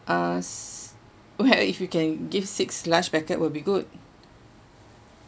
us well if you can give six large packet will be good